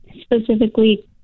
specifically